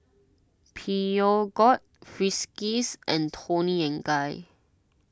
Peugeot Friskies and Toni and Guy